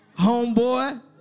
homeboy